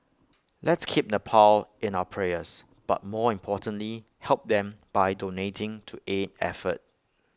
let's keep Nepal in our prayers but more importantly help them by donating to aid effort